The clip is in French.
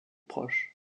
proche